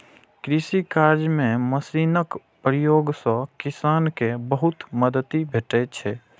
कृषि कार्य मे मशीनक प्रयोग सं किसान कें बहुत मदति भेटै छै